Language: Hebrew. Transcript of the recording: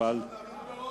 אפשר להעביר ברוב